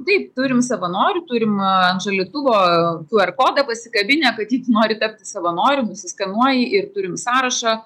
taip turim savanorių turim ant šaldytuvo ku er kodą pasikabinę kad jeigu nori tapti savanoriu nusiskenuoji ir turim sąrašą